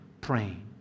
praying